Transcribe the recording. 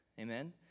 Amen